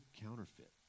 counterfeit